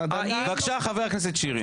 בבקשה, חבר הכנסת שירי.